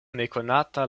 nekonata